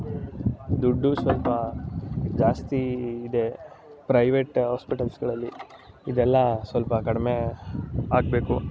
ದುಡ್ಡು ಸ್ವಲ್ಪ ಜಾಸ್ತಿಯಿದೆ ಪ್ರೈವೇಟ್ ಹಾಸ್ಪಿಟಲ್ಸ್ಗಳಲ್ಲಿ ಇದೆಲ್ಲ ಸ್ವಲ್ಪ ಕಡಿಮೆ ಆಗಬೇಕು